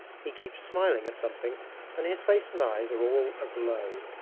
he keeps smiling at something and his face and eyes are all aglow.